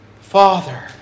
Father